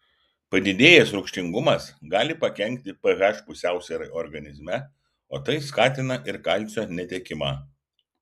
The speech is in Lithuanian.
padidėjęs rūgštingumas gali pakenkti ph pusiausvyrai organizme o tai skatina ir kalcio netekimą